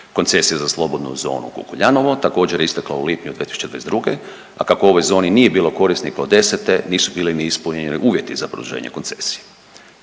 Koncesija za Slobodnu zonu Kukuljanovo također je istekao u lipnju 2022., a kako u ovoj zoni nije bilo korisnika od '10., nisu bili ni ispunjeni ni uvjeti za produženje koncesije.